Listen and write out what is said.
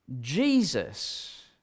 Jesus